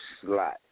slot